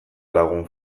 lagun